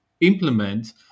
implement